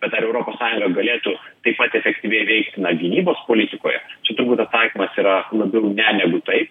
bet ar europos sąjunga galėtų taip pat efektyviai veikti na gynybos politikoje čia turbūt atsakymas yra labiau ne negu taip